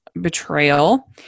betrayal